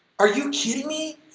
are you kidding me!